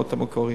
לא את המקורי,